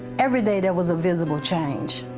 every day there was a visible change.